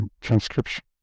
transcription